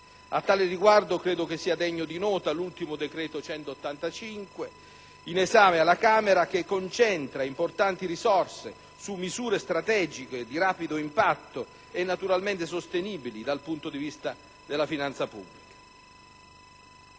A tale riguardo, credo che sia degno di nota l'ultimo decreto, il n. 185, in esame alla Camera, che concentra importanti risorse su misure strategiche, di rapido impatto e naturalmente sostenibili dal punto di vista della finanza pubblica.